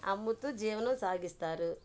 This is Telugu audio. అమ్ముతూ జీవనం సాగిస్తారు